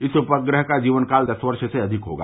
इस उपग्रह का जीवनकाल दस वर्ष से अधिक होगा